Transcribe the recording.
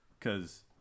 Cause